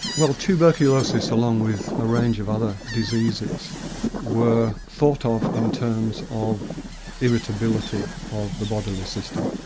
well tuberculosis along with a range of other diseases were thought ah of in terms of irritability of the bodily system.